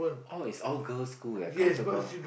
oh is all girls school your council call